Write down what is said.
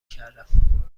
کردم